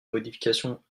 modifications